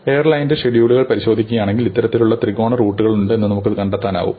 എയർലൈനിന്റെ ഷെഡ്യൂളുകൾ പരിശോധിക്കുകയാണെങ്കിൽ ഇത്തരത്തിലുള്ള ത്രികോണ റൂട്ടുകളുണ്ടെന്ന് നമുക്ക് കണ്ടെത്താനാകും